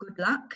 Goodluck